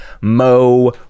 mo